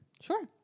Sure